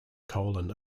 colon